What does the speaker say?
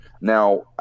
now